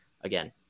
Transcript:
again